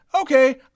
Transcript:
okay